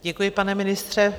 Děkuji, pane ministře.